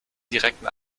direkten